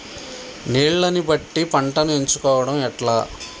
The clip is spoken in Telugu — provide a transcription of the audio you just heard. నీళ్లని బట్టి పంటను ఎంచుకోవడం ఎట్లా?